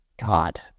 God